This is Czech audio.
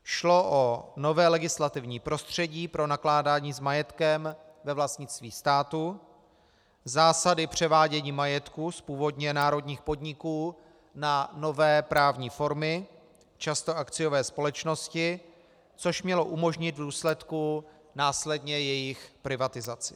Šlo o nové legislativní prostředí pro nakládání s majetkem ve vlastnictví státu, zásady převádění majetku z původně národních podniků na nové právní formy, často akciové společnosti, což mělo umožnit v důsledku následně jejich privatizaci.